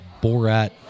Borat